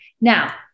Now